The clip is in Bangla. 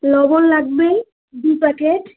লবণ লাগবে দু প্যাকেট